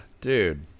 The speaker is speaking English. dude